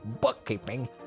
bookkeeping